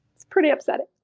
pretty upsetting.